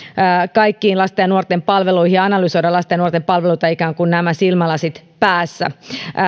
kaikkiin lasten ja nuorten palveluihin ja analysoida lasten ja nuorten palveluita ikään kuin nämä silmälasit päässä